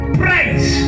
price